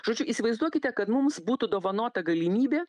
žodžiu įsivaizduokite kad mums būtų dovanota galimybė